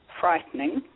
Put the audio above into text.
frightening